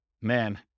man